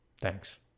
Thanks